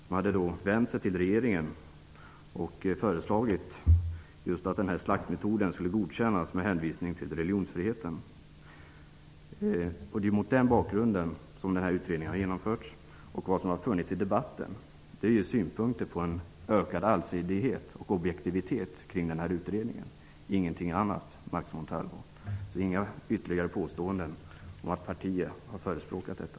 Han hade vänt sig till regeringen och föreslagit att denna slaktmetod skulle godkännas med hänvisning till religionsfriheten. Det är alltså mot den bakgrunden som utredningen har genomförts. Det som sedan förekommit i debatten är synpunkter på en ökad allsidighet och objektivitet kring utredningen, ingenting annat, Max Montalvo. Kom inte med några ytterligare påståenden om att vårt parti har förespråkat detta.